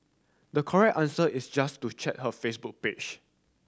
the correct answer is just to check her Facebook page